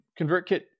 ConvertKit